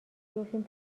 بیفتیم